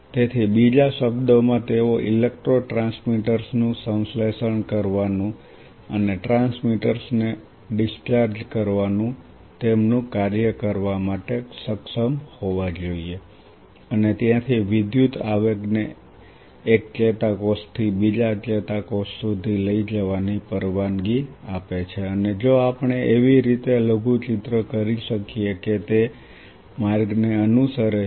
તેથી બીજા શબ્દોમાં તેઓ ઇલેક્ટ્રો ટ્રાન્સમીટર્સ નું સંશ્લેષણ કરવાનું અને ટ્રાન્સમીટર્સને ડિસ્ચાર્જ કરવાનું તેમનું કાર્ય કરવા માટે સક્ષમ હોવા જોઈએ અને ત્યાંથી વિદ્યુત આવેગને એક ચેતાકોષથી બીજા ચેતાકોષ સુધી લઈ જવાની પરવાનગી આપે છે અને જો આપણે એવી રીતે લઘુચિત્ર કરી શકીએ કે તે માર્ગને અનુસરે છે